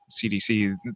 CDC